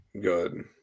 Good